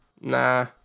Nah